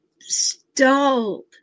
stalled